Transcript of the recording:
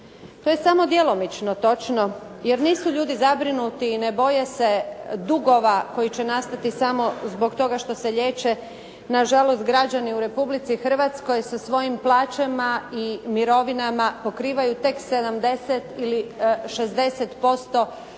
To je samo djelomično točno, jer nisu ljudi zabrinuti i ne boje se dugova koji će nastati samo zbog toga što se liječe, na žalost građani u Republici Hrvatskoj sa svojim plaćama i mirovinama pokrivaju tek 70 ili 60%